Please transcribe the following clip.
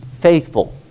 faithful